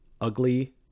ugly